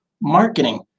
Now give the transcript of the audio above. Marketing